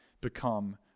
become